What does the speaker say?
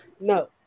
No